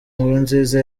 nkurunziza